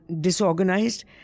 disorganized